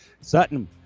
Sutton